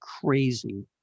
crazy